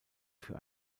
für